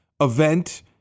event